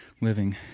living